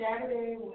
Saturday